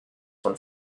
von